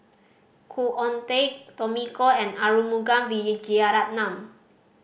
Khoo Oon Teik Tommy Koh and Arumugam Vijiaratnam